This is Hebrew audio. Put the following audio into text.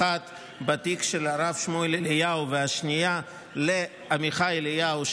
האחת בתיק של הרב שמואל אליהו והשנייה לעמיחי אליהו,